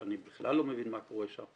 שאני בכלל לא מבין מה קורה שם.